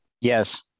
Yes